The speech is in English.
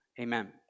Amen